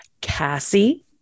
Cassie